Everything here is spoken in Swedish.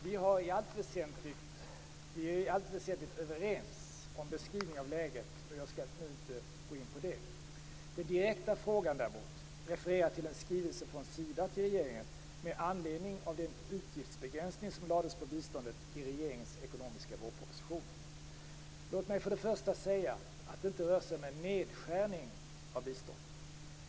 Vi är i allt väsentligt överens om beskrivningen av läget, och jag skall inte nu gå in närmare på detta. Den direkta frågan refererar till en skrivelse från Låt mig för det första säga att det inte rör sig om en nedskärning av biståndet.